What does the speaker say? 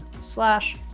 slash